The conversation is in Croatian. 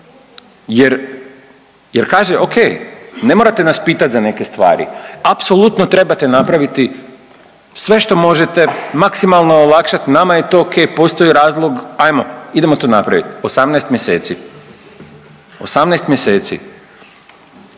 jer kaže okej, ne morate nas pitat za neke stvari, apsolutno trebate napraviti sve što možete, maksimalno olakšat, nama je to okej, postoji razlog, ajmo idemo to napravit. 18 mjeseci, 18 mjeseci